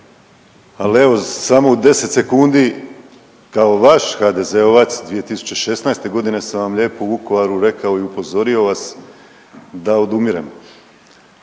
al evo samo u 10 sekundi kao vaš HDZ-ovac 2016.g. sam vam lijepo u Vukovaru rekao i upozorio vas da odumiremo.